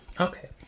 Okay